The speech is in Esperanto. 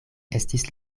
estis